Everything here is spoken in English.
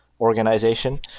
organization